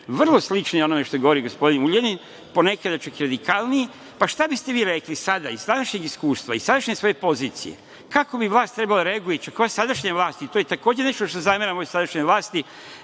vrlo slični onome što govori gospodin Ugljanin, ponekad čak i radikalniji. Pa šta biste vi rekli sada, iz vašeg iskustva, iz sadašnje svoje pozicije, kako bi vlast trebalo da reaguje, čak i ova sadašnja vlast, i to je takođe nešto što zameram ovoj sadašnjoj vlasti,